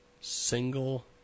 single